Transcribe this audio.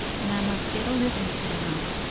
and i must get a living somehow.